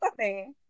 funny